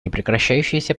непрекращающейся